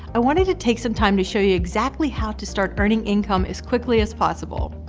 i wanted to take some time to show you exactly how to start earning income as quickly as possible.